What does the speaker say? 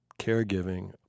caregiving